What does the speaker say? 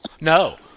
No